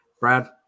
Brad